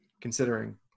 considering